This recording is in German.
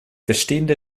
bestehende